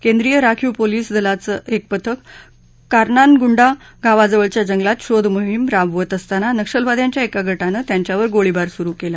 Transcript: केंद्रीय राखीव पोलीस दलाचं एक पथक कर्कानगुंडा गावाजवळच्या जंगलात शोधमोहिम राबवत असताना नक्षलवाद्यांच्या एका गटानं त्यांच्यावर गोळीबार सुरु केला